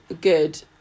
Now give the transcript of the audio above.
good